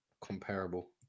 comparable